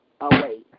away